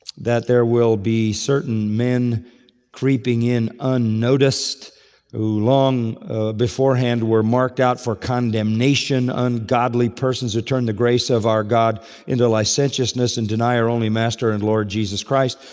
that there will be certain men creeping in unnoticed who long beforehand were marked out for condemnation, ungodly persons who turned the grace of our god into licentiousness and deny our only master and lord jesus christ.